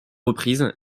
reprises